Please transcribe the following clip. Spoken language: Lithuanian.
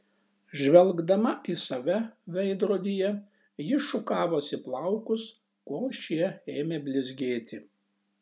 žvelgdama į save veidrodyje ji šukavosi plaukus kol šie ėmė blizgėti